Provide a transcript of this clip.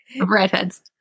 Redheads